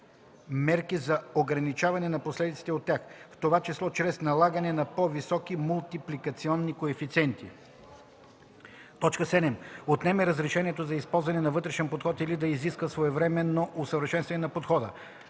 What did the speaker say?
мерки за ограничаване на последиците от тях, в това число чрез налагане на по-високи мултипликационни коефициенти; 7. отнеме разрешението за използване на вътрешен подход или да изиска своевременно усъвършенстване на подхода;”